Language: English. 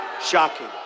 shocking